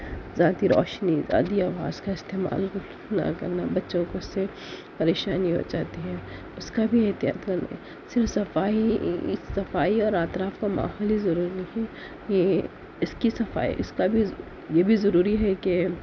زیادہ روشنی زیادہ آواز کا استعمال نہ کرنا بچوں کو پھر پریشانی ہوجاتی ہے اس کا بھی احتیاط کرنا صرف صفائی صفائی اور اطراف کا ماحول ہی ضروری ہے یہ اس کی صفائی اس کا بھی یہ بھی ضروری ہے کہ